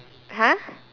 !huh!